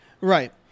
Right